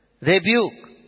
rebuke